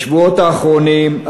בשבועות האחרונים,